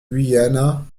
guyana